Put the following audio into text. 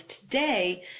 today